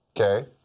Okay